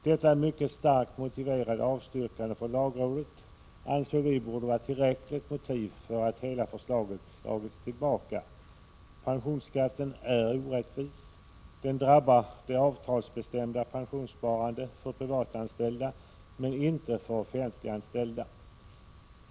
Detta mycket starkt motiverade avstyrkande från lagrådet anser vi borde vara tillräckligt motiv för att hela förslaget skall dras tillbaka. Pensionsskatten är orättvis. Den drabbar det avtalsbestämda pensionssparandet för privatanställda, men inte för offentliganställda.